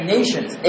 Nations